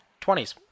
20s